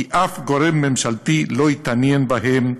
כי אף גורם ממשלתי לא התעניין בהם,